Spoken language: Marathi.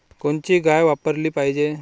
कोनची गाय वापराली पाहिजे?